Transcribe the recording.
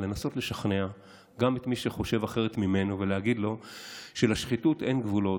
לנסות לשכנע גם את מי שחושב אחרת מאיתנו ולהגיד לו שלשחיתות אין גבולות.